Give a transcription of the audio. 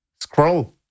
Scroll